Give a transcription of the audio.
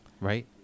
right